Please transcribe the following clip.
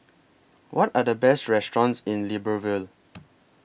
What Are The Best restaurants in Libreville